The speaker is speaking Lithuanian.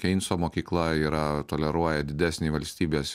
keinso mokykla yra toleruoja didesnį valstybės